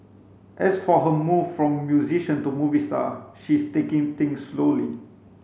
as for her move from musician to movie star she is taking things slowly